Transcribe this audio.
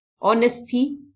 honesty